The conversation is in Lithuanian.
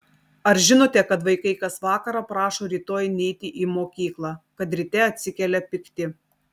ar žinote kad vaikai kas vakarą prašo rytoj neiti į mokyklą kad ryte atsikelia pikti